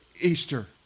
Easter